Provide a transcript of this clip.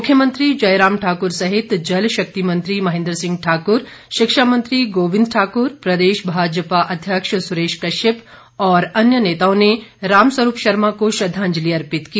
मुख्यमंत्री जयराम ठाक्र सहित जलशक्ति मंत्री महेंद्र सिंह ठाक्र शिक्षा मंत्री गोविंद ठाक्र प्रदेश भाजपा अध्यक्ष सुरेश कश्यप और अन्य नेताओं ने रामस्वरूप शर्मा को श्रद्वांजलि अर्पित की